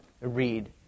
Read